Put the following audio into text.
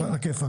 על הכיפאק.